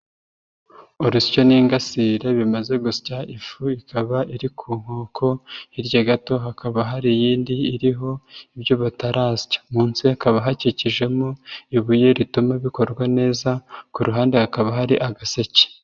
Urusyo n'ingasire bimeze gutya ifu ikaba iri ku nkoko, hirya gato hakaba hari iyindi iriho ibyo batarasya, mu nsi kaba hakikijemo ibuye rituma bikorwa neza, ku ruhande hakaba hari agaseke.